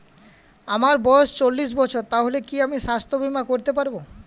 আমার বয়স চল্লিশ বছর তাহলে কি আমি সাস্থ্য বীমা করতে পারবো?